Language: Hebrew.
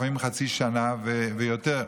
לפעמים חצי שנה ויותר.